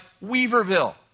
Weaverville